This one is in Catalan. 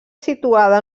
situada